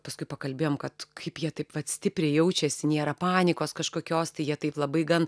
paskui pakalbėjom kad kaip jie taip vat stipriai jaučiasi nėra panikos kažkokios tai jie taip labai gan